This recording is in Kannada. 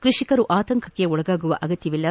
ಕೃಷಿಕರು ಆತಂಕಕ್ಕೆ ಒಳಗಾಗುವ ಅಗತ್ಯವಿಲ್ಲ